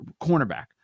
cornerback